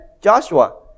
Joshua